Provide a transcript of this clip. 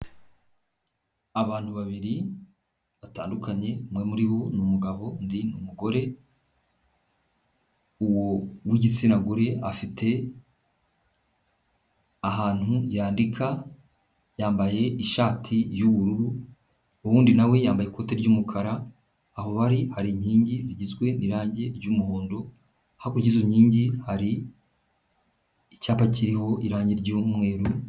Abantu babiri, batandukanye, umwe muri bo ni umugabo undi n umugore, uwo w'igitsina gore afite ahantu yandika, yambaye ishati y'ubururu uwundi na we yambaye ikote ry'umukara, aho bari hari inkingi zigizwe n'irangi ry'umuhondo, hakurya y'izo nkingi hari icyaba kiho irangi ry'umweru.